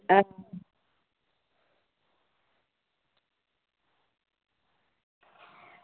हां